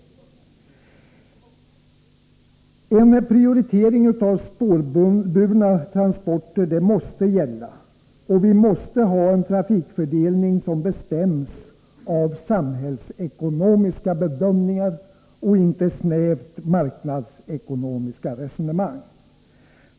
En prioritering av spårburna transporter måste gälla, och vi måste ha en trafikfördelning som bestäms av samhällsekonomiska bedömningar och inte av snävt marknadsekonomiska resonemang.